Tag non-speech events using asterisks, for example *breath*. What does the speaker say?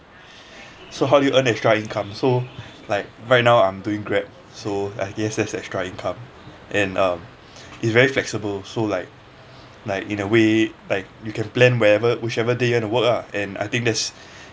*breath* so how do you earn extra income so like right now I'm doing grab so I guess that's extra income and um it's very flexible so like like in a way like you can plan wherever whichever day you want to work ah and I think that's *breath*